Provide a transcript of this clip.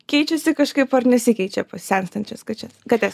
keičiasi kažkaip ar nesikeičia pas senstančias kadčias kates